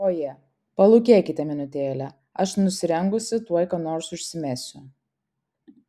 oje palūkėkite minutėlę aš nusirengusi tuoj ką nors užsimesiu